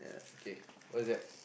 okay what is that